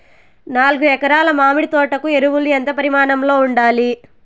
నాలుగు ఎకరా ల మామిడి తోట కు ఎరువులు ఎంత పరిమాణం లో ఉండాలి?